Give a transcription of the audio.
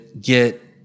get